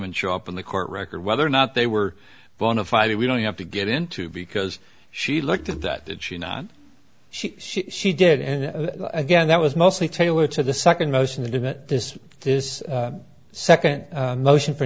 and show up in the court record whether or not they were bonafide we don't have to get into because she looked at that did she not she she did and again that was mostly tailored to the second most intimate this is second motion for